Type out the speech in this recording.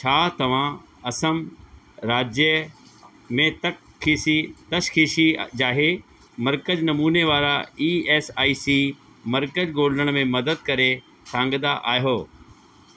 छा तव्हां असम राज्य में तखखीसी तशख़ीसी जाइ मर्कज़ नमूने वारा ई एस आई सी मर्कज़ ॻोल्हण में मदद करे सघंदा आहियो